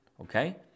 okay